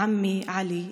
דודי עלי,